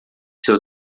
seu